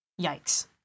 yikes